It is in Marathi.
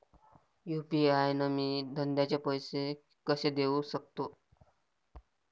यू.पी.आय न मी धंद्याचे पैसे कसे देऊ सकतो?